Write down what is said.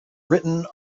written